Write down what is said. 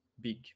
big